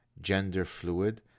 gender-fluid